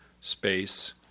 space